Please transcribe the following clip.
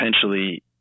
potentially